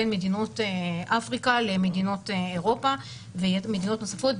בין מדינות אפריקה למדינות אירופה ומדינות נוספות.